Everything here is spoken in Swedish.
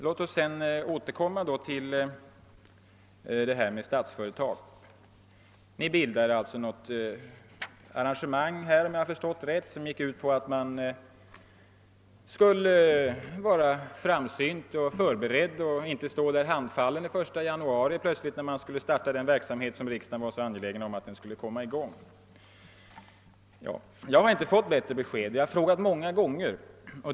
Låt oss nu återkomma till frågan om Statsföretag AB. Man gjorde alltså något arrangemang som om jag förstått rätt gick ut på att man skulle vara framsynt och förberedd och inte stå handfallen den 1 januari, när man skulle starta den verksamhet som riksdagen var så angelägen om att få i gång. Jag har inte fått bättre besked. Jag har frågat många gånger.